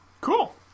Cool